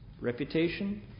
reputation